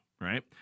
right